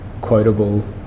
Quotable